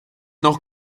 noch